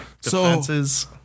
defenses